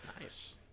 Nice